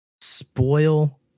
spoil